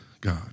God